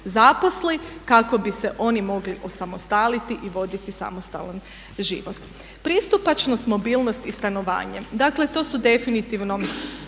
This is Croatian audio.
zaposli kako bi se oni mogli osamostaliti i voditi samostalna život. Pristupačnost, mobilnost i stanovanje, dakle to su definitivno